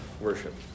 worship